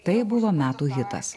tai buvo metų hitas